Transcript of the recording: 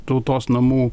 tautos namų